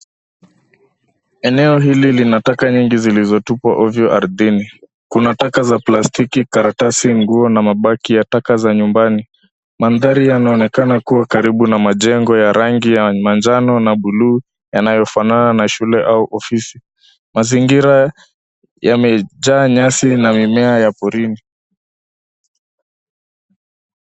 Eneo hili lina taka nyingi zilizotupwa ovyo ardhini. Kuna taka za plastiki, karatasi, nguo na mabaki ya taka za nyumbani. Mandhari yanaonekana kuwa karibu na majengo ya rangi ya manjano na buluu yanayofanana na shule au ofisi. Mazingira yamejaa nyasi na mimea ya porini.